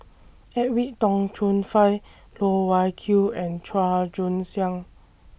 Edwin Tong Chun Fai Loh Wai Kiew and Chua Joon Siang